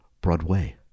Broadway